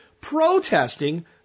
protesting